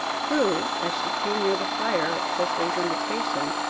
who, as she came near the fire at cicely's invitation,